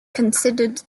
considered